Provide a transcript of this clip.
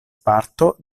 parto